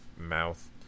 mouth